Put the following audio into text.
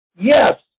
Yes